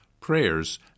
prayers